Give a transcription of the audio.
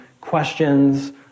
questions